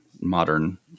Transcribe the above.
modern